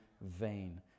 vain